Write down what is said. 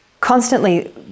constantly